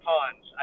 Ponds